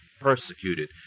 persecuted